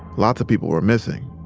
lots of people were missing.